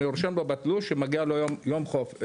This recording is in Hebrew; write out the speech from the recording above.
אני רושם לו בתלוש שמגיע לו יום מחלה.